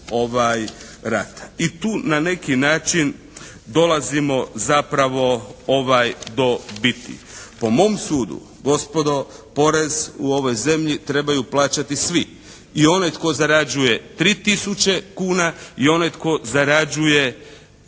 I tu na neki način dolazimo zapravo do biti. Po mom sudu gospodo porez u ovoj zemlji trebaju plaćati svi i onaj tko zarađuje 3000 kuna i ona tko zarađuje